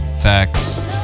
facts